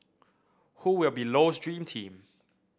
who will be Low's dream team